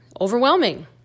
overwhelming